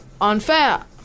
unfair